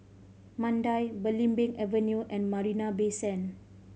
Mandai Belimbing Avenue and Marina Bay Sand